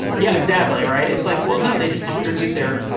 yeah, exactly right. it's like, well, no, they just distribute there,